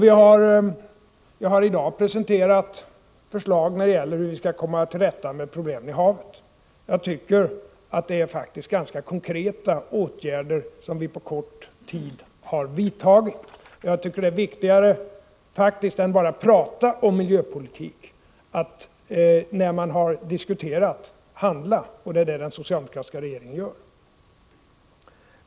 I dag har jag presenterat förslag när det gäller hur vi skall komma till rätta med problemen i havet. Jag tycker att det faktiskt är ganska konkreta åtgärder som vi på kort tid har vidtagit. Viktigare än att bara prata om miljöproblem är att — när man har diskuterat — handla. Och det är det den socialdemokratiska regeringen gör.